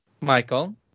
michael